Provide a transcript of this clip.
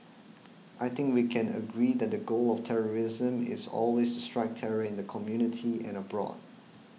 I think we can agree that the goal of terrorism is always to strike terror in the community and abroad